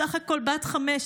בסך הכול בת חמש,